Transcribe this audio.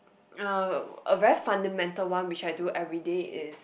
uh a very fundamental one which I do everyday is